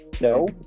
No